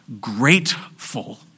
grateful